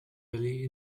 valley